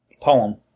poem